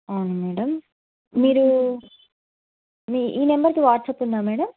అవును మేడం మీరు మీ ఈ నంబర్కి వాట్సప్ ఉందా మేడం